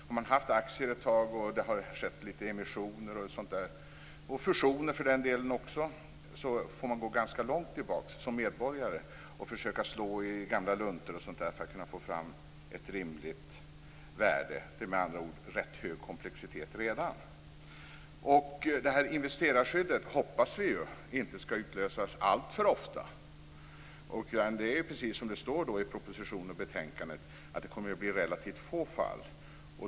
Om man har haft aktier ett tag och det har skett emissioner och fusioner får man gå ganska långt tillbaka i tiden och slå i gamla luntor för att få fram ett rimligt värde. Med andra ord är det rätt stor komplexitet redan för medborgare. Investerarskyddet hoppas vi inte skall utlösas alltför ofta och att det, precis som det står i propositionen och betänkandet, kommer att bli relativt få fall.